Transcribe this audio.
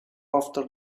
after